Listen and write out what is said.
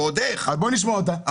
ועוד איך --- אז בוא נשמע אותה,